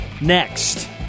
next